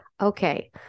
Okay